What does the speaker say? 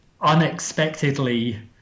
unexpectedly